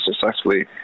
successfully